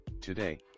Today